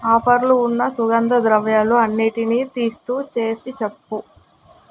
ఆఫర్లు ఉన్న సుగంధ ద్రవ్యాలు అన్నింటిని నీ లిస్టు చేసి చెప్పు